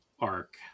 Arc